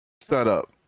setup